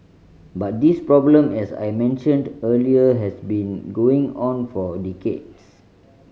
but this problem as I mentioned earlier has been going on for decades